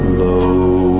low